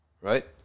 right